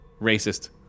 racist